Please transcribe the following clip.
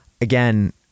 Again